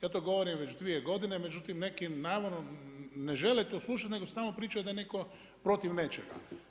Ja to govorim već dvije godine, međutim neki namjerno ne žele to slušati nego stalno pričaju da je netko protiv nečega.